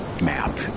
map